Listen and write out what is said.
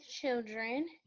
children